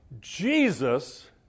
Jesus